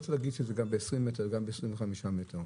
ואפילו ב-20 או 25 מטר,